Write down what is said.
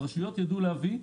הרשויות ידעו להביא.